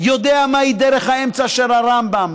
יודע מהי דרך האמצע של הרמב"ם,